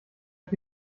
ich